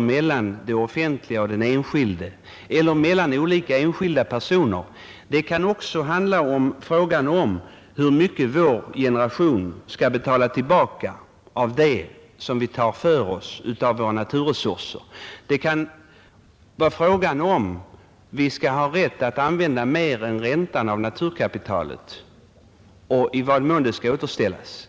mellan det offentliga och den enskilde eller mellan olika enskilda personer. Det kan också vara fråga om hur mycket vår generation skall betala tillbaka av det som vi tar för oss av våra naturresurser. Det kan gälla om vi skall ha rätt att använda mer än räntan av naturkapitalet och i vad mån det skall återställas.